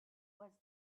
was